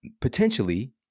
potentially